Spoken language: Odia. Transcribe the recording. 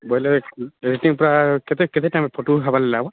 ବଇଲେ ରେଟିଙ୍ଗ୍ ପୂରା କେତେ କେତେ ଟାଇମ୍ ଫଟୋ ହେବା ଲାଗି ଲାଗ୍ବା